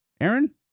Aaron